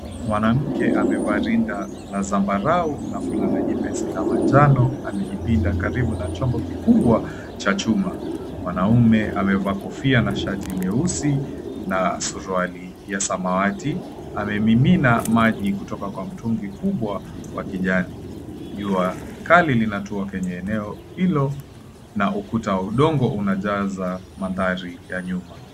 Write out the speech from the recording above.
Mwanamke amevaa rinda ya zambarau na fulana nyepesi ya manjano, amejipinda karibu na chombo kikubwa cha chuma, mwanamme amevaa kofia na shati nyeusi na suruali ya samawati, amemimina maji kutoka kwa mtungi kubwa wa kijani, jua kali linatua kwenye eneo hilo, na ukuta wa udongo unajaza manthari ya nyuma.